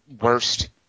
worst